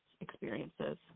experiences